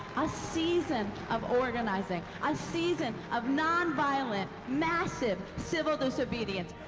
a season of organizing, a season of nonviolent, massive civil disobedience.